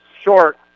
short